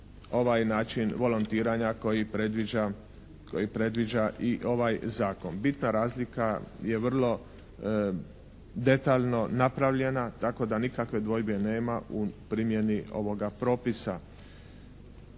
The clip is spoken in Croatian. ovaj način volontiranja koji predviđa i ovaj zakon. Bitna razlika je vrlo detaljno napravljena tako da nikakve dvojbe nema u primjeni ovoga propisa.